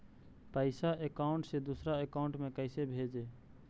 पैसा अकाउंट से दूसरा अकाउंट में कैसे भेजे?